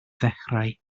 ddechrau